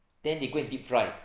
then they go and deep fry